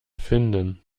finden